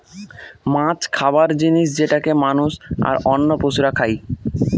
মাছ খাবার জিনিস যেটাকে মানুষ, আর অন্য পশুরা খাই